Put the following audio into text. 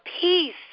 peace